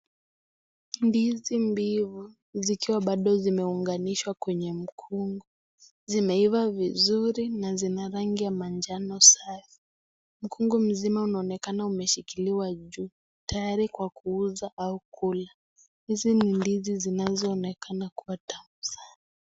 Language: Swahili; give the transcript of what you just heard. Ndizi mbivu zikiwa bado zimeunganishwa kwenye mkungu zimeiva vizuri na zina rangi ya manjano safi. Mkungu mzima unaonekana umeshikiliwa juu tayari kwa kuuza au kula. Hizi ni ndizi zinazoonekana kuwa tamu sana.